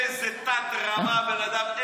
איזה תת-רמה, הבן-אדם.